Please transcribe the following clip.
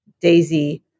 daisy